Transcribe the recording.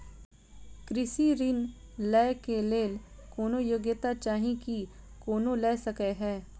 कृषि ऋण लय केँ लेल कोनों योग्यता चाहि की कोनो लय सकै है?